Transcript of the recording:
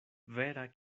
vera